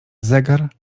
zegar